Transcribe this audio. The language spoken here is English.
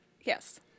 Yes